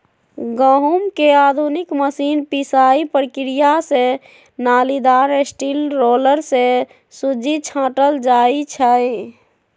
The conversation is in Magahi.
गहुँम के आधुनिक मशीन पिसाइ प्रक्रिया से नालिदार स्टील रोलर से सुज्जी छाटल जाइ छइ